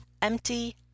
Empty